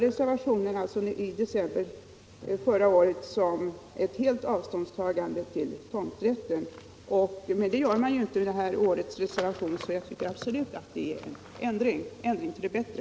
Reservationen förra året betraktar jag som ett avståndstagande från tomträtten, något som inte är fallet med årets reservation. Jag tycker alltså att det blivit en förändring —- en förändring till det bättre.